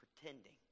pretending